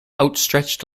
outstretched